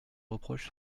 reproche